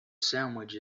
sandwich